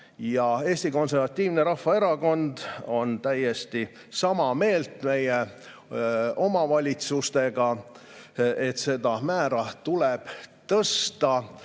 Eesti Konservatiivne Rahvaerakond on täiesti sama meelt meie omavalitsustega, et seda määra tuleb tõsta,